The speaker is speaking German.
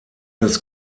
des